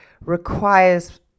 requires